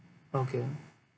okay